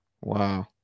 Wow